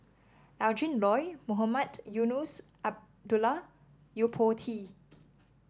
Adrin Loi Mohamed Eunos Abdullah Yo Po Tee